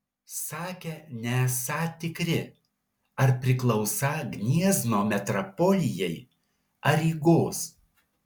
sakę nesą tikri ar priklausą gniezno metropolijai ar rygos